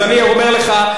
אז אני אומר לך,